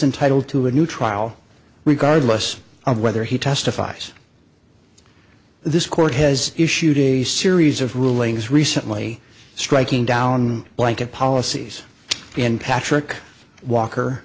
entitled to a new trial regardless of whether he testifies this court has issued a series of rulings recently striking down blanket policies in patrick walker